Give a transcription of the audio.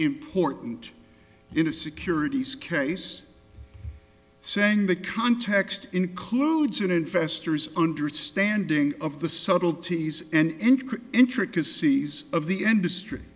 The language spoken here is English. important in a securities case saying the context includes an investor's understanding of the subtleties and include intricacies of the industry